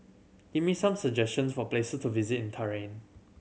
give me some suggestions for place to visit in Tehran